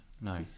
No